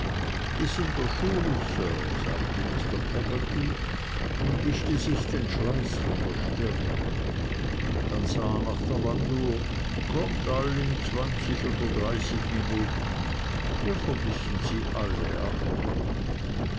der schule sir sagte mr peggotty und wischte sich den schweiß von der stirne dann sah er nach der wanduhr kommt all in zwanzig oder dreißig minuten wir vermissen sie alle ach gott